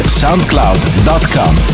soundcloud.com